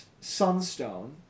Sunstone